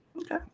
Okay